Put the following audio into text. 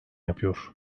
yapıyor